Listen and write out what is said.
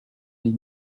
les